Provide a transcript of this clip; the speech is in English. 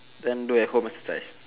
then do at home exercise